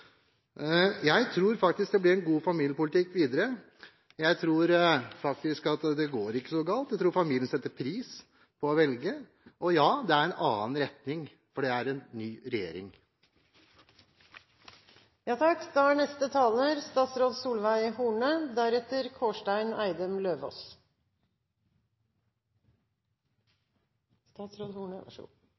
Jeg tror faktisk det blir en god familiepolitikk videre. Jeg tror faktisk ikke at det går så galt. Jeg tror familiene setter pris på å velge. Og ja, det er en annen retning, for det er en ny